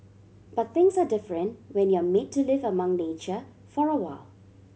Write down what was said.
but things are different when you're made to live among nature for awhile